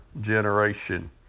generation